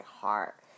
heart